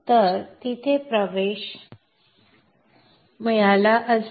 तर तिथे प्रवेश मिळाला असता